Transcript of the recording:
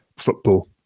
football